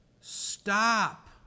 stop